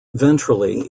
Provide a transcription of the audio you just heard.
ventrally